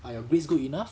are your grades good enough